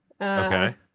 okay